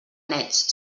nets